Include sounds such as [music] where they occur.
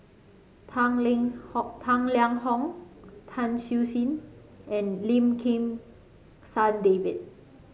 Tang [unintelligible] Tang Liang Hong Tan Siew Sin and Lim Kim San David